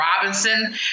Robinson